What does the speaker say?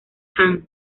han